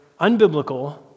unbiblical